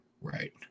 Right